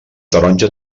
taronja